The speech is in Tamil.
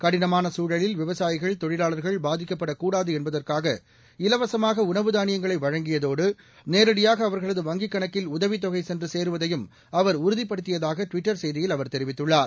க்டின்மான சசூழலில் விவசாயிகள் தொழிலாளர்கள் பாதிக்கப்படக்கூடாது என்பதற்காக இலவசமாக உணவு தானியங்களை வழங்கியதோடு நேரடியாக அவர்களது வங்கிக்கணக்கில் உதவித்தொகை சென்று சேருவதையும் அவர் உறுதிபடுத்தியதாக டுவிட்டர் செய்தியில் அவர் தெரிவித்துள்ளார்